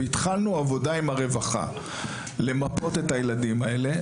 והתחלנו עבודה עם הרווחה למפות את הילדים האלה,